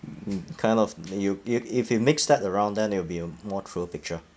mm kind of you if if you mix that around then it will be a more truer picture